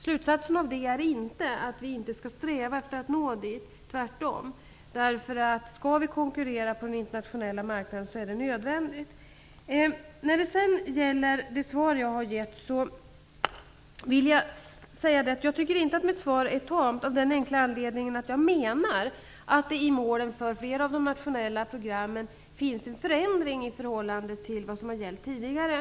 Slutsatsen av det är inte att vi inte skall sträva efter att nå dit, tvärtom. Skall vi konkurrera på den internationella marknaden är det nödvändigt. Jag tycker inte att mitt svar är tamt, av den enkla anledningen att jag menar att det i målen för flera av de nationella programmen finns en förändring i förhållande till vad som gällde tidigare.